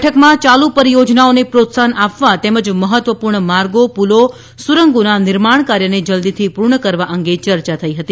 બેઠકમાં ચાલુ પરીયોજનાઓને પ્રોત્સાહન આપવા તેમજ મહત્વપુર્ણ માર્ગો પુલો સુરંગોના નિર્માણ કાર્યને જલ્દીથી પુર્ણ કરવા અંગે ચર્ચા થઇ હતી